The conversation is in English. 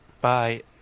Bye